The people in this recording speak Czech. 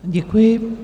Děkuji.